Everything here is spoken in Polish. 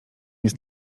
jest